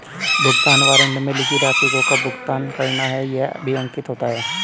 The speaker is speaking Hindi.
भुगतान वारन्ट में लिखी राशि को कब भुगतान करना है यह भी अंकित होता है